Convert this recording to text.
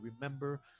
remember